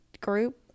group